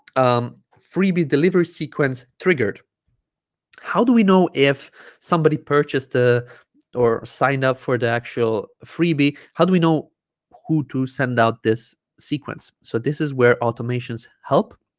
um freebie delivery sequence triggered how do we know if somebody purchased the or signed up for the actual freebie how do we know who to send out this sequence so this is where automations help